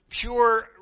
pure